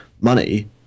money